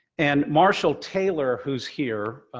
and marshall taylor, who's here.